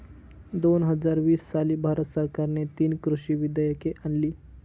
दोन हजार वीस साली भारत सरकारने तीन कृषी विधेयके आणली